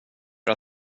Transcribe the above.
för